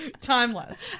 timeless